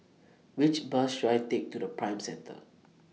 Which Bus should I Take to Prime Centre